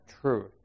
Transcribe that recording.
truth